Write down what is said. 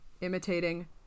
Imitating